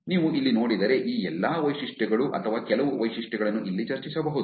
ನೀವು ಇಲ್ಲಿ ನೋಡಿದರೆ ಈ ಎಲ್ಲಾ ವೈಶಿಷ್ಟ್ಯಗಳು ಅಥವಾ ಈ ಕೆಲವು ವೈಶಿಷ್ಟ್ಯಗಳನ್ನು ಇಲ್ಲಿ ಚರ್ಚಿಸಬಹುದು